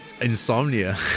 Insomnia